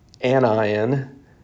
anion